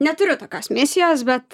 neturiu tokios misijos bet